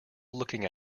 looking